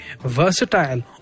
versatile